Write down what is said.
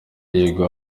yego